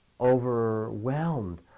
overwhelmed